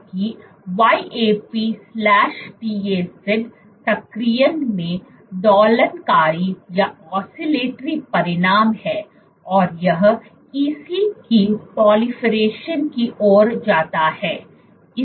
जबकि YAP TAZ सक्रियण में दोलनकारी परिणाम है और यह EC की पॉलिफिरेशन की ओर जाता है